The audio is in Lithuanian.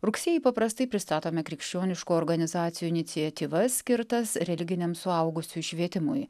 rugsėjį paprastai pristatomi krikščioniškų organizacijų iniciatyvas skirtas religiniam suaugusiųjų švietimui